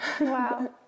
Wow